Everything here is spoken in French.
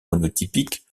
monotypique